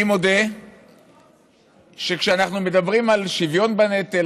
אני מודה שכשאנחנו מדברים על שוויון בנטל,